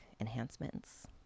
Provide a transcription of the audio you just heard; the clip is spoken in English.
enhancements